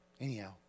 anyhow